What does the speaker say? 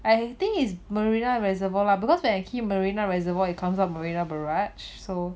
I think is marina reservoir lah because when I key marina reservoir it comes up marina barrage so